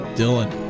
dylan